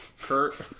Kurt